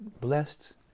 blessed